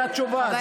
זו התשובה,